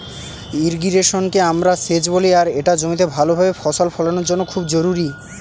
ইর্রিগেশনকে আমরা সেচ বলি আর এটা জমিতে ভাল ভাবে ফসল ফলানোর জন্য খুব জরুরি